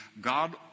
God